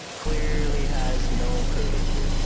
clearly has no curvature.